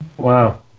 Wow